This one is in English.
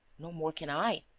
no more can i,